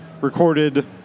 recorded